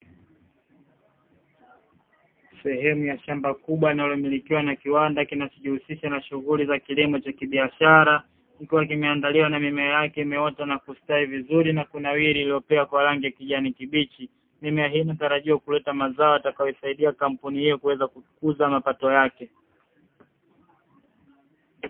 Sehemu ya shamba kubwa linalomilikiwa na kiwanda kinachojihusisha na shughuli za kilimo cha kibiashara, kikiwa kimeandaliwa na mimea yake imeota na kustawi vizuri na kunawiri ikiwa na rangi ya kijani kibichi, mimea hii inatarajiwa kuleta mazao yatakayosaidia kampuni kuweza kukuza mapato yake.